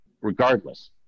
Regardless